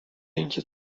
اینکه